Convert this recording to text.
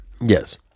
Yes